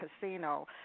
casino